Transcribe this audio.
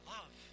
Love